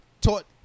taught